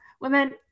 Women